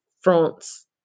France